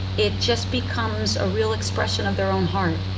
it just becomes a real expression of their own heart.